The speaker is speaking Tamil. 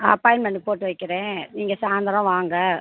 அப்பாயின்மெண்டு போட்டு வைக்கிறேன் நீங்கள் சாய்ந்திரம் வாங்க